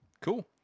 Cool